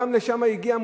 גם לשם הגיע,